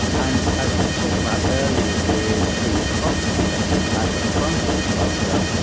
and as we've talked about earlier with the proxy that's ah at the front of the cluster,